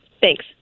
Thanks